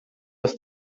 aus